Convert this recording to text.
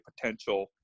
potential